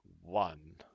one